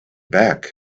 back